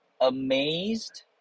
amazed